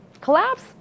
Collapse